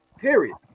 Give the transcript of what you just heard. Period